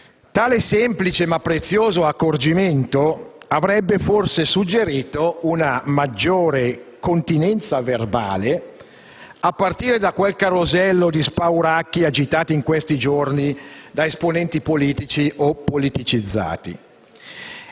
Tale semplice ma prezioso accorgimento avrebbe forse suggerito una maggiore continenza verbale, a partire da quel carosello di spauracchi agitati in questi giorni da esponenti politici o politicizzati.